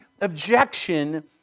objection